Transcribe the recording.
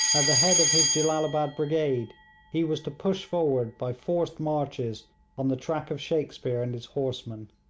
at the head of his jellalabad brigade he was to push forward by forced marches on the track of shakespear and his horsemen.